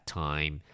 time